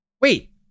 Wait